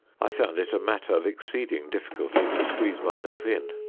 i found it a matter of exceeding difficulty to squeeze myself in.